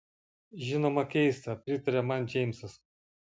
žinoma keista pritarė man džeimsas